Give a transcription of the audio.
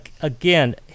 again